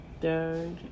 third